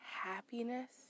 happiness